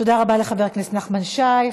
תודה רבה לחבר הכנסת נחמן שי.